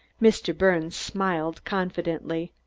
mr. birnes smiled confidently.